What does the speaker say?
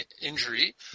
injury